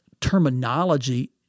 terminology